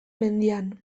mendian